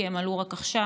כי הם עלו רק עכשיו.